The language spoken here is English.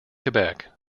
quebec